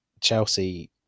Chelsea